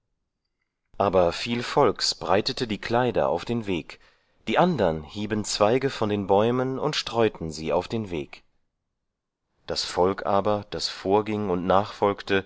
aber viel volks breitete die kleider auf den weg die andern hieben zweige von den bäumen und streuten sie auf den weg das volk aber das vorging und nachfolgte